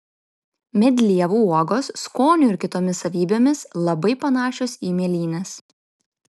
medlievų uogos skoniu ir kitomis savybėmis labai panašios į mėlynes